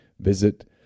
Visit